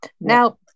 Now